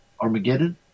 Armageddon